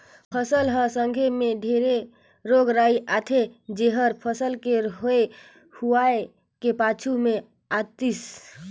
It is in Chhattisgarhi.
फसल हर संघे मे ढेरे रोग राई आथे जेहर फसल के होए हुवाए के पाछू मे आतिस